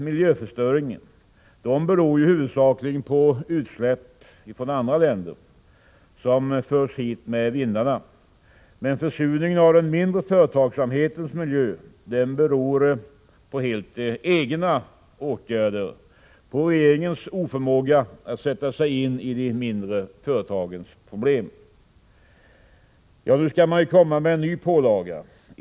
Miljöförstöringen beror huvudsakligen på utsläpp i andra länder, som förs hit med vindarna. Försurningen av den mindre företagsamhetens miljö beror däremot helt på egna åtgärder, på regeringens oförmåga att sätta sig in i de mindre företagens problem. Nu skall man komma med en ny pålaga.